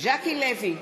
ז'קי לוי,